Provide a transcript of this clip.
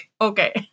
Okay